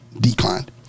Declined